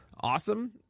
Awesome